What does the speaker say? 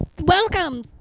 welcome